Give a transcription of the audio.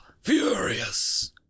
furious